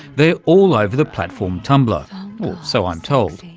they're all over the platform tumblr, or so i'm told.